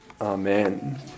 Amen